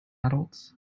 adults